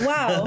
Wow